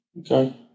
Okay